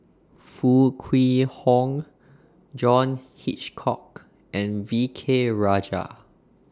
Foo Kwee Horng John Hitchcock and V K Rajah